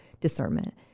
discernment